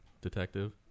detective